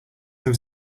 ever